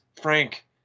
Frank